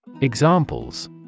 Examples